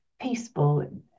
peaceful